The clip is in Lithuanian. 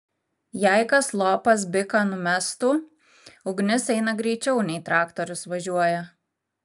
jei kas lopas biką numestų ugnis eina greičiau nei traktorius važiuoja